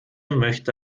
möchte